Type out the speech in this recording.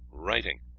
writing,